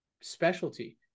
specialty